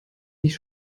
nicht